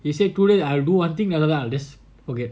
is it too late I do one thing then I will just forget